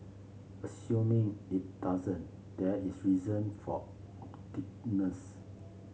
assuming it doesn't there is reason for